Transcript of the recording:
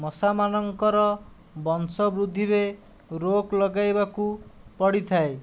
ମଶା ମାନଙ୍କର ବଂଶ ବୃଦ୍ଧିରେ ରୋକ ଲଗେଇବାକୁ ପଡ଼ିଥାଏ